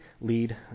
lead